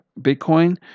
Bitcoin